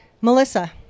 Melissa